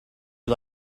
you